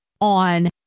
on